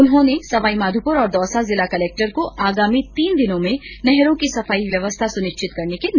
उन्होंने सवाईमाघोपुर और दौसा जिला कलेक्टर को आगामी तीन दिनों में नहरों की सफाई व्यवस्था सुनिश्चित करने के निर्देश दिये